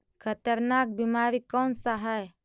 खतरनाक बीमारी कौन सा है?